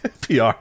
PR